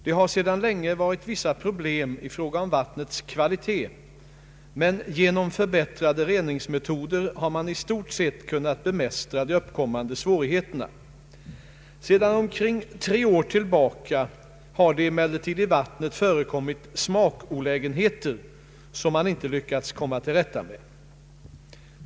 Det har sedan länge varit vissa problem i fråga om vattnets kvalitet, men genom förbättrade reningsmetoder har man i stort sett kunnat bemästra de uppkommande svårigheterna. Sedan omkring tre år tillbaka har det emellertid i vattnet förekommit smakolägenheter, som man inte lyckats komma till rätta med.